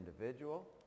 individual